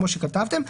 (3)